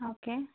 okay